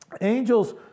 angels